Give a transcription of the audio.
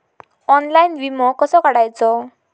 Online विमो कसो काढायचो?